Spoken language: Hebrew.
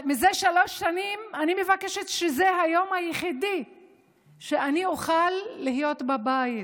זה שלוש שנים שזה היום היחיד שאני מבקשת להיות בו בבית,